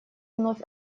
вновь